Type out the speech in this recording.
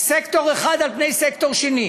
סקטור אחד על סקטור אחר.